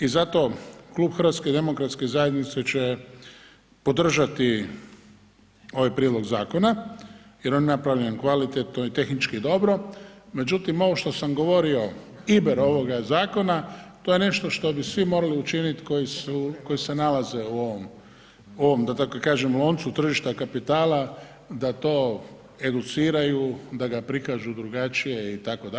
I zato Klub HDZ-a će podržati ovaj prijedlog zakona jer je on napravljen kvalitetno i tehnički dobro, međutim ovo što sam govorio iber ovoga zakona to je nešto što bi svi morali učiniti koji su, koji se nalaze u ovom da tako kažem loncu tržišta kapitala, da to educiraju, da ga prikažu drugačije itd.,